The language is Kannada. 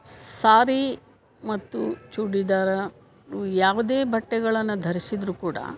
ಸಾರಿ ಮತ್ತು ಚೂಡಿದಾರ ಉ ಯಾವುದೇ ಬಟ್ಟೆಗಳನ್ನು ಧರಿಸಿದ್ರೂ ಕೂಡ